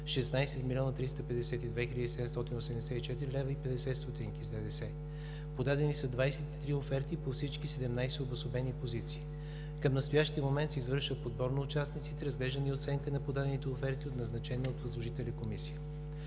16 млн. 352 хил. 784,50 лв. с ДДС, подадени са 23 оферти по всички 17 обособени позиции. Към настоящия момент се извършва подбор на участниците, разглеждане и оценка на подадените оферти от назначена от възложителя комисия.